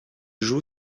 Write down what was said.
joue